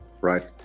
right